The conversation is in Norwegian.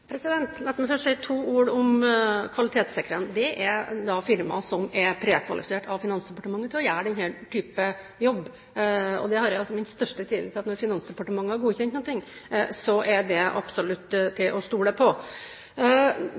meg først si to ord om kvalitetssikrerne. Det er firma som er prekvalifisert av Finansdepartementet til å gjøre denne typen jobb, og jeg har den største tillit til at når Finansdepartementet har godkjent noe, er det absolutt til å stole på.